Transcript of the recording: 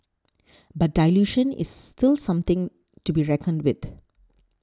but dilution is still something to be reckoned with